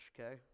okay